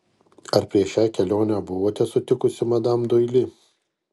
ar prieš šią kelionę buvote sutikusi madam doili